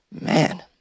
Man